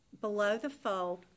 below-the-fold